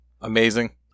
Amazing